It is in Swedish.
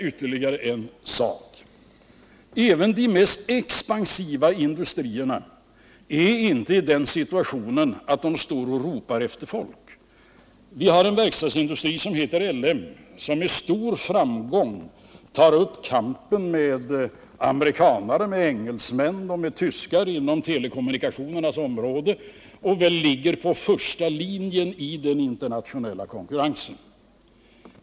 Inte ens de mest expansiva industrierna är i den situationen att de står och ropar efter folk. Vi har en verkstadsindustri som heter L M Ericsson, som med stor framgång tar upp kampen med amerikanare, engelsmän och tyskar inom telekommunikationernas område och som ligger på första linjen i den internationella konkurrensen.